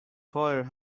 fire